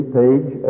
page